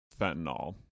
fentanyl